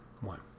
one